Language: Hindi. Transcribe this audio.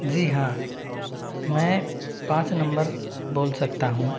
जी हाँ मै पाँच नंबर बोल सकता हूँ